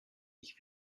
ich